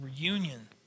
reunion